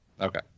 Okay